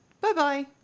bye-bye